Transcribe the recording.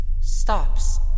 stops